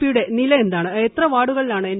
പിയുടെ നില എന്താണ് എത്ര വാർഡുകളിലാണ് എൻ